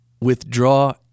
Withdraw